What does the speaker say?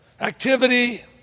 activity